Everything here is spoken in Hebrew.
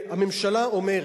הממשלה אומרת,